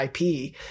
IP